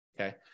Okay